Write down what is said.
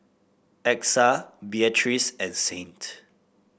Exa Beatriz and Saint